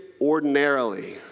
ordinarily